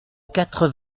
quatre